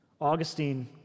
Augustine